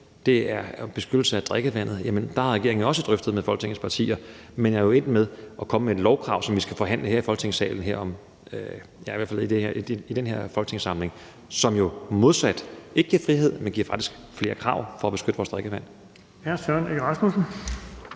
om beskyttelse af drikkevandet, så har regeringen også drøftet det med Folketingets partier, men den er jo endt med at komme med et lovkrav, som vi skal forhandle her i Folketingssalen, i hvert fald i den her folketingssamling, som modsat ikke giver frihed, men som faktisk giver flere krav om at beskytte vores drikkevand.